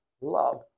love